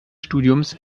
studiums